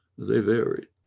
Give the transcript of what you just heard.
they vary.